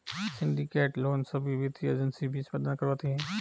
syndicate loan सभी वित्तीय agency भी प्रदान करवाती है